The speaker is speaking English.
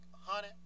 honey